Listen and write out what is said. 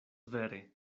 vere